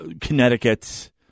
Connecticut